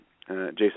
Jason